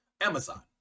amazon